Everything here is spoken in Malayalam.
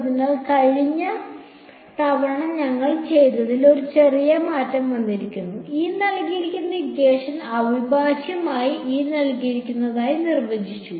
അതിനാൽ കഴിഞ്ഞ തവണ ഞങ്ങൾ ചെയ്തതിൽ ഒരു ചെറിയ മാറ്റം ഞങ്ങൾ ഈ അവിഭാജ്യതയായി നിർവചിച്ചു